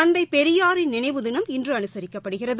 தந்தைபெரியாரின் நினைவுதினம் இன்றுஅனுசரிக்கப்படுகிறது